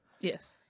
Yes